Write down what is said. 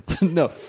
No